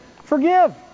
forgive